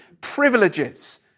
privileges